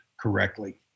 correctly